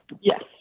Yes